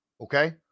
okay